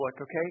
okay